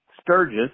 Sturgis